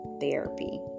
therapy